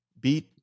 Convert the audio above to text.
beat